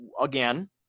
again